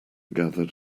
gathered